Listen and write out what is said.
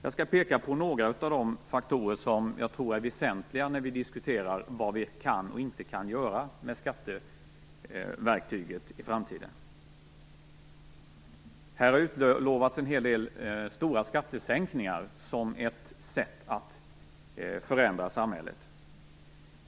Jag skall peka på några av de faktorer som jag tror är väsentliga när vi diskuterar vad vi kan och inte kan göra med skatteverktyget i framtiden. Här har utlovats en hel del stora skattesänkningar som ett sätt att förändra samhället.